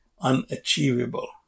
unachievable